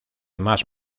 más